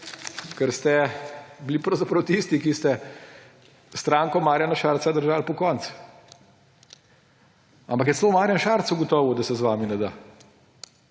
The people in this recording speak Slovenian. ker ste bili pravzaprav tisti, ki ste stranko Marjana Šarca držali pokonci. Ampak je celo Marjan Šarec ugotovil, da se z vami ne da.